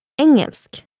Engelsk